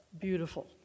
beautiful